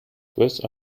dress